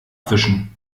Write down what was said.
abwischen